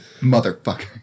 Motherfucker